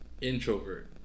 Introvert